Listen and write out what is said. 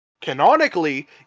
canonically